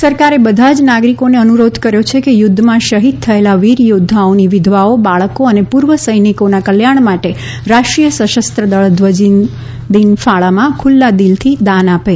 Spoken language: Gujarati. સશસ્ત્ર દળ ધ્વજદિન કોષ સરકારે બધા જ નાગરિકોને અનુરોધ કર્યો છે કે યુદ્ધમાં શહીદ થયેલા વીર યોદ્ધાઓની વિધવાઓ બાળકો અને પૂર્વ સૈનિકોના કલ્યાણ માટે રાષ્ટ્રીય સશસ્ત્રદળ ધ્વજદિન ફાળામાં ખુલ્લા દિલથી દાન આપે